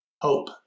Hope